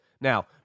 Now